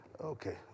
Okay